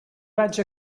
vaig